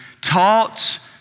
taught